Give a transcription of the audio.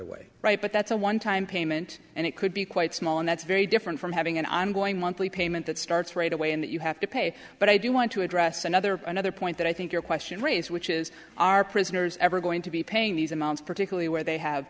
away right but that's a one time payment and it could be quite small and that's very different from having an ongoing monthly payment that starts right away and that you have to pay but i do want to address another another point that i think your question raised which is are prisoners ever going to be paying these amounts particularly where they have